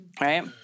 Right